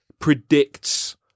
predicts